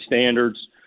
standards